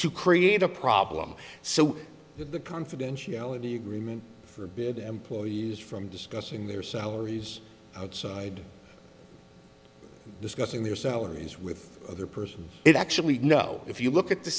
to create a problem so the confidentiality agreement for employees from discussing their salaries side discussing their salaries with other person is actually no if you look at the